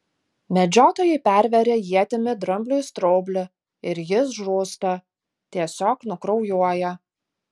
medžiotojai perveria ietimi drambliui straublį ir jis žūsta tiesiog nukraujuoja